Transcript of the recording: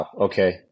okay